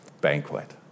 banquet